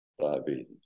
diabetes